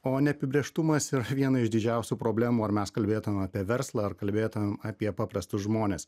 o neapibrėžtumas yra viena iš didžiausių problemų ar mes kalbėtumėme apie verslą ar kalbėta apie paprastus žmones